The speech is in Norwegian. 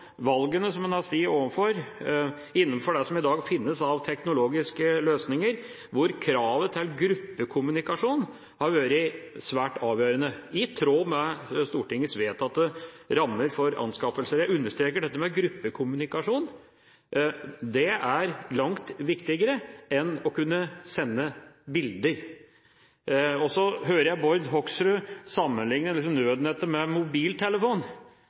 valgene som man har stått overfor, innenfor det som i dag finnes av teknologiske løsninger, hvor kravet til gruppekommunikasjon har vært svært avgjørende, i tråd med Stortingets vedtatte rammer for anskaffelser. Jeg understreker dette med gruppekommunikasjon. Det er langt viktigere enn å kunne sende bilder. Så hører jeg at Bård Hoksrud sammenligner nødnettet med mobiltelefon.